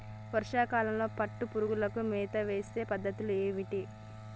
వర్షా కాలంలో పట్టు పురుగులకు మేత వేసే పద్ధతులు ఏంటివి?